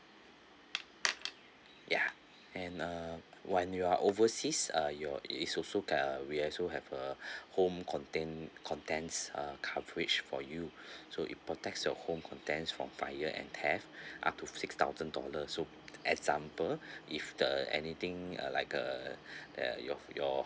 ya and uh when you are overseas uh your it is also cover~ ah we're also have a home contained contents uh coverage for you so it protects your home contents from fire and theft up to six thousand dollar so example if the anything uh like uh your your